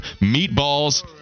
Meatballs